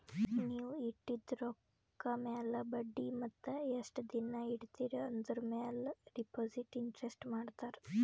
ನೀವ್ ಇಟ್ಟಿದು ರೊಕ್ಕಾ ಮ್ಯಾಲ ಬಡ್ಡಿ ಮತ್ತ ಎಸ್ಟ್ ದಿನಾ ಇಡ್ತಿರಿ ಆಂದುರ್ ಮ್ಯಾಲ ಡೆಪೋಸಿಟ್ ಇಂಟ್ರೆಸ್ಟ್ ಮಾಡ್ತಾರ